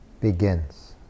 begins